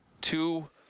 two